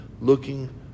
looking